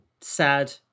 sad